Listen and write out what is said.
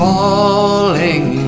Falling